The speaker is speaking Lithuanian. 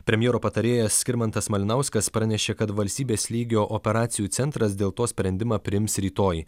premjero patarėjas skirmantas malinauskas pranešė kad valstybės lygio operacijų centras dėl to sprendimą priims rytoj